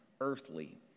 earthly